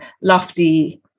lofty